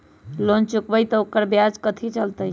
Loan चुकबई त ओकर ब्याज कथि चलतई?